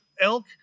elk